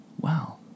Wow